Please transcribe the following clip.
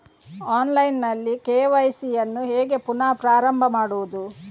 Online ನಲ್ಲಿ KYC ಯನ್ನು ಹೇಗೆ ಪುನಃ ಪ್ರಾರಂಭ ಮಾಡುವುದು?